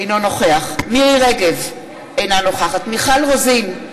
אינו נוכח מירי רגב, אינה נוכחת מיכל רוזין,